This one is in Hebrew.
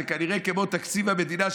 זה כנראה כמו תקציב המדינה,